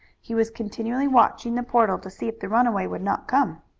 he was continually watching the portal to see if the runaway would not come.